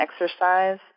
exercise